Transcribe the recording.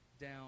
down